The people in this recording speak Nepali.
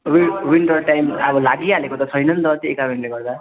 वि विन्टर टाइम अब लागि हालेको छैन नि त त्यही कारणले गर्दा